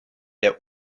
der